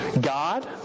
God